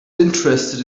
interested